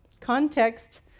Context